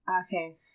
Okay